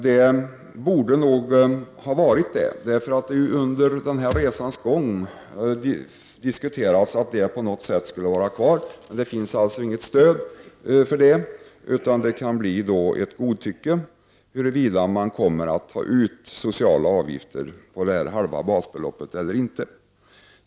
Det borde nog ha varit så. Under resans gång har det diskuterats att denna regel skulle vara kvar. Men det finns alltså inte något stöd för detta, utan det kan bero på godtycke huruvida man kommer att ta ut sådana avgifter för det halva basbeloppet eller inte.